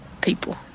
people